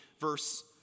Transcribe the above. verse